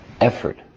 effort